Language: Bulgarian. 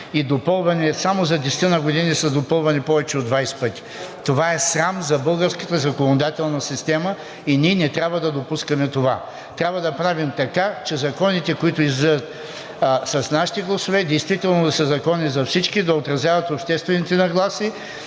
и допълвани, само за 10 години са допълвани повече от 20 пъти. Това е срам за българската законодателна система и ние не трябва да допускаме това. Трябва да правим така, че законите, които излизат с нашите гласове, действително да са закони за всички, да отразяват обществените нагласи